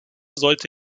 sollte